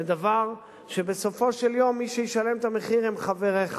זה דבר שבסופו של דבר מי שישלם את המחיר עליו הם חבריך,